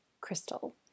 Crystal